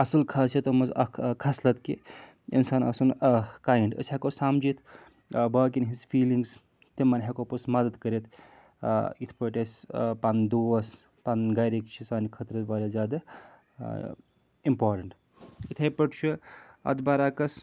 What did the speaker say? اَصٕل خٲصیتو منٛز اَکھ خصلَت کہِ اِنسان آسُن کایِنٛڈ أسۍ ہٮ۪کو سَمجھِتھ باقیَن ہِنٛز فیٖلِنٛگٕس تِمَن ہٮ۪کو پوٚس مَدَد کٔرِتھ یِتھ پٲٹھۍ أسۍ پَنٕنۍ دوس پَنٕنۍ گَرِکۍ چھِ سانہِ خٲطرٕ واریاہ زیادٕ اِمپاٹَنٛٹ اِتھَے پٲٹھۍ چھُ اَتھ بَرعکس